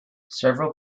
several